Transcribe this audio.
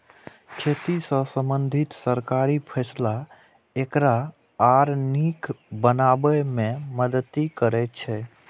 खेती सं संबंधित सरकारी फैसला एकरा आर नीक बनाबै मे मदति करै छै